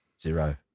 zero